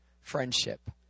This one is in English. friendship